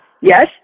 Yes